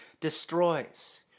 destroys